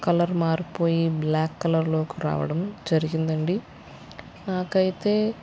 colour మారిపోయి black కలర్లో రావడం జరిగిందండి నాకు అయితే